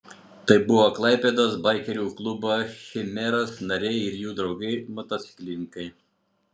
tai buvo klaipėdos baikerių klubo chimeras nariai ir jų draugai motociklininkai